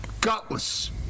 Gutless